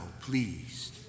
pleased